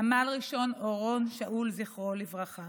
סמל ראשון אורון שאול, זיכרונו לברכה,